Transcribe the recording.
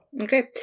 Okay